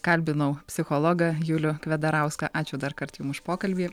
kalbinau psichologą julių kvedarauską ačiū dar kart jum už pokalbį